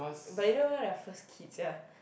but you don't even have first kid sia